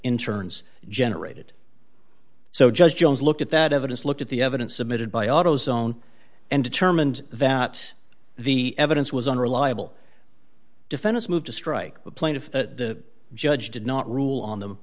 internes generated so judge jones looked at that evidence looked at the evidence submitted by autozone and determined that the evidence was unreliable defense move to strike the plaintiff the judge did not rule on the